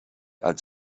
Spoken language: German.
als